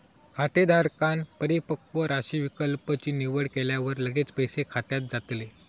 खातेधारकांन परिपक्व राशी विकल्प ची निवड केल्यावर लगेच पैसे खात्यात जातले